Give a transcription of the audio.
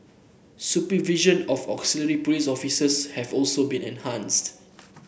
supervision of auxiliary police officers have also been enhanced